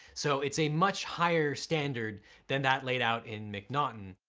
so its a much higher standard than that laid out in m'naughten.